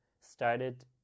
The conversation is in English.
started